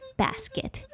basket